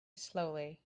slowly